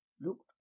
Looked